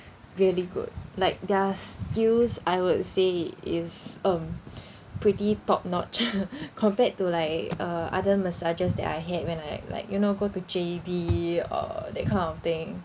really good like their skills I would say is um pretty top notch compared to like uh other massages that I had when I like you know go to J_B or that kind of thing